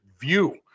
view